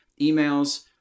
emails